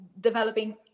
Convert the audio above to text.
developing